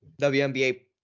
WNBA